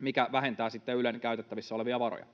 mikä vähentää sitten Ylen käytettävissä olevia varoja.